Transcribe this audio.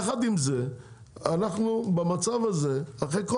יחד עם זה אנחנו במצב הזה אחרי כל